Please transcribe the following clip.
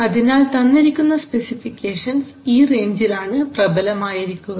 അതിനാൽ തന്നിരിക്കുന്ന സ്പെസിഫിക്കേഷൻസ് ഈ റേഞ്ചിലാണ് പ്രബലമായിരിക്കുക